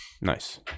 nice